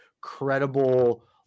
credible